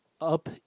Up